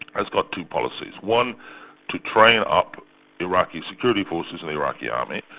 has got two policies one to train up iraqi security forces in the iraqi army,